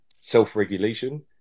self-regulation